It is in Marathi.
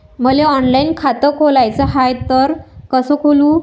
मले ऑनलाईन खातं खोलाचं हाय तर कस खोलू?